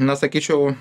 na sakyčiau